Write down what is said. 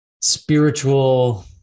spiritual